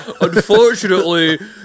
Unfortunately